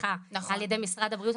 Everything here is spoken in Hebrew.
הובטחה על ידי משרד הבריאות,